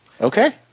Okay